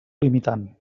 limitant